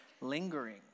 lingering